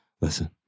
Listen